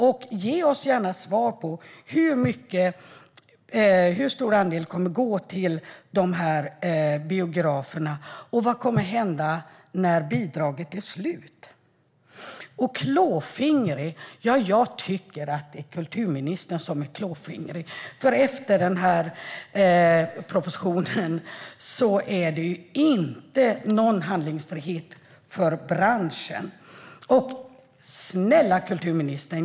Ge oss också gärna svar på hur stor andel som kommer att gå till de här biograferna och vad som kommer att hända när bidraget är slut. Och "klåfingriga" - jag tycker att det är kulturministern som är klåfingrig, för efter den här propositionen finns det ingen handlingsfrihet för branschen. Snälla kulturministern!